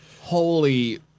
Holy